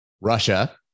Russia